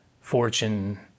fortune